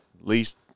least